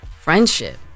friendship